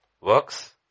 Works